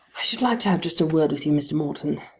i should like to have just a word with you, mr. morton.